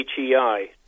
HEI